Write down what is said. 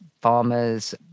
farmers